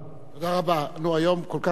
נו, היום כל כך הרבה ברכות אתה מקבל.